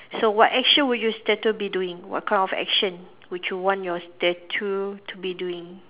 so what action would your statue be doing what kind of action would you want your statue to be doing